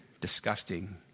disgusting